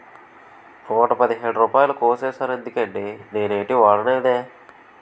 నూట పదిహేడు రూపాయలు కోసీసేరెందుకండి నేనేటీ వోడనేదే